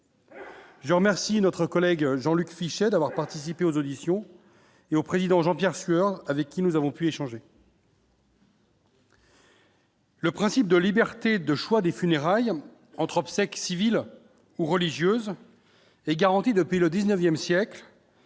Je remercie notre collègue Jean-Luc Fichet, d'avoir participé aux auditions et au président, Jean-Pierre Sueur, avec qui nous avons pu échanger. Le principe de liberté de choix des funérailles entre obsèques civiles ou religieuses et garanti depuis le XIXe siècle